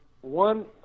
one